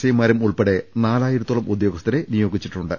ഐമാരും ഉൾപ്പെടെ നാലായിരത്തോളം ഉദ്യോഗസ്ഥരെ നിയോഗിച്ചിട്ടുണ്ട്